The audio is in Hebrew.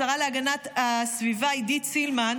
לשרה להגנת הסביבה עידית סילמן,